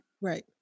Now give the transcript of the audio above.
Right